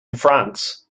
france